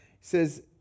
says